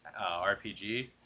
RPG